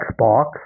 Xbox